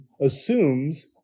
assumes